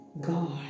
God